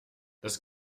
das